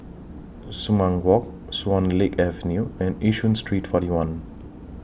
Sumang Walk Swan Lake Avenue and Yishun Street forty one